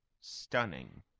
stunning